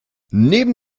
neben